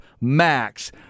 max